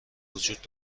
وجود